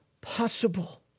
possible